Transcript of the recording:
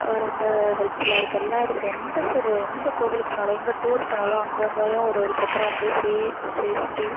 ரொம்ப ஹெல்ப்ஃபுல்லாக இருக்குது எல்லா இடத்திலும் எந்த சைடு எந்த கோவிலுக்கு போனாலும் எங்கே டூர் போனாலும் அங்கே அங்கேயும் ஒரு ஒரு சத்திரம் வந்து ஃபிரீ சேஃப்டி